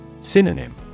Synonym